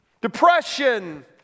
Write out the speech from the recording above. depression